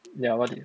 ya what did you